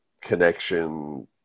connection